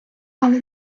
але